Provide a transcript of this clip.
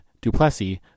DuPlessis